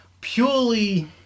purely